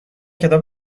کتاب